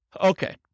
Okay